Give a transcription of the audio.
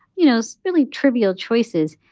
you know, really trivial choices,